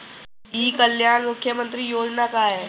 ई कल्याण मुख्य्मंत्री योजना का है?